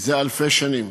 מזה אלפי שנים,